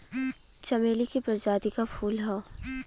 चमेली के प्रजाति क फूल हौ